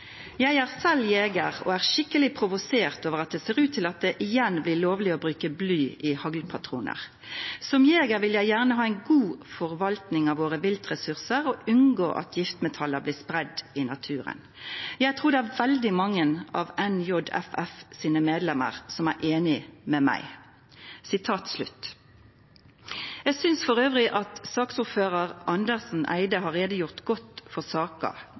er selv jeger og er skikkelig provosert over at det ser ut til at det igjen blir lovlig å bruke bly i haglpatroner. Som jeger vil jeg gjerne ha en god forvaltning av våre viltressurser og unngå at giftmetaller blir spredt i naturen. Jeg tror det er veldig mange av NJFF sine medlemmer som er enig med meg.» Eg synest elles at saksordførar Andersen Eide har gjort god greie for saka.